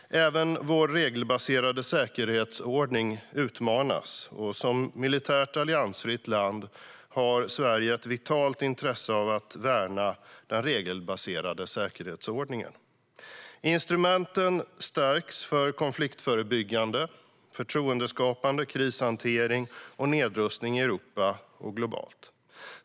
Även vår regelbaserade säkerhetsordning utmanas, och som militärt alliansfritt land har Sverige ett vitalt intresse av att värna den regelbaserade säkerhetsordningen. Instrumenten stärks för konfliktförebyggande, förtroendeskapande, krishantering och nedrustning i Europa och globalt.